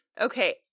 okay